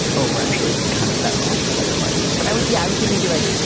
oh, we're actually kind of better off with separate budgets. but i would yeah, i would say maybe like,